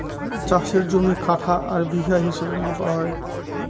চাষের জমি কাঠা আর বিঘা হিসাবে মাপা হয়